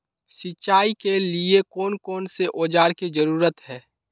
सिंचाई के लिए कौन कौन से औजार की जरूरत है?